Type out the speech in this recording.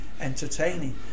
entertaining